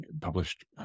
published